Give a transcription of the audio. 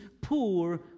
poor